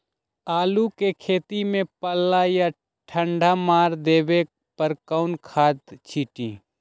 आलू के खेत में पल्ला या ठंडा मार देवे पर कौन खाद छींटी?